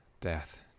Death